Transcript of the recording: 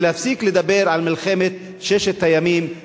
ולהפסיק לדבר על מלחמת ששת הימים,